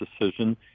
decision